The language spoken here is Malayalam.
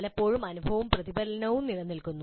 പലപ്പോഴും അനുഭവവും പ്രതിഫലനവും നിലനിൽക്കുന്നു